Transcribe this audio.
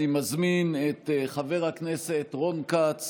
אני מזמין את חבר הכנסת רון כץ